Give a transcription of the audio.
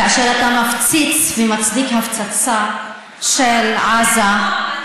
כאשר אתה מפציץ ומצדיק הפצצה של עזה,